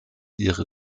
ihre